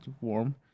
warm